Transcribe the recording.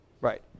Right